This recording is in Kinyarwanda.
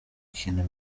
kina